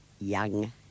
young